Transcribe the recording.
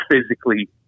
physically